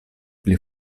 pli